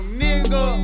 nigga